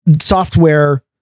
software